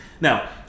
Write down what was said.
Now